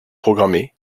programmée